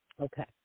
Okay